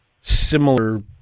similar